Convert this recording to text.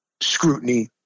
scrutiny